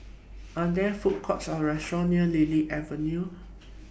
Are There Food Courts Or restaurants near Lily Avenue